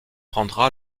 rendra